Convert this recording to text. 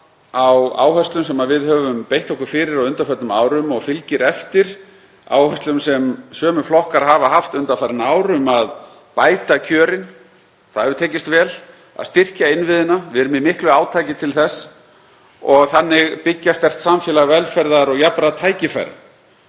á áherslum sem við höfum beitt okkur fyrir á undanförnum árum og fylgir eftir áherslunum sem sömu flokkar hafa haft undanfarin ár um að bæta kjörin. Það hefur tekist vel að styrkja innviðina. Við erum í miklu átaki til þess og þannig byggja sterkt samfélag velferðar og jafnra tækifæra,